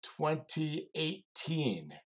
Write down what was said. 2018